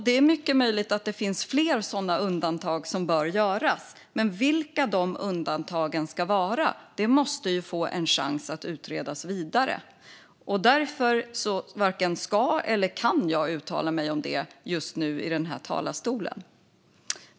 Det är mycket möjligt att det finns fler sådana undantag som bör göras, men vilka de undantagen ska vara måste man få en chans att utreda vidare. Och därför varken ska eller kan jag uttala mig om detta just nu i den här talarstolen.